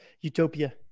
utopia